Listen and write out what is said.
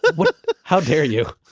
but but how dare you